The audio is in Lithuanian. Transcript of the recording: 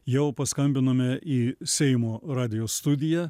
jau paskambinome į seimo radijo studiją